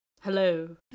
Hello